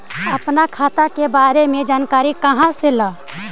अपन खाता के बारे मे जानकारी कहा से ल?